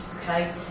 Okay